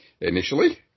initially